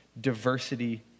diversity